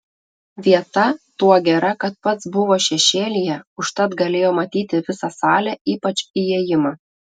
vieta tuo gera kad pats buvo šešėlyje užtat galėjo matyti visą salę ypač įėjimą